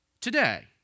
today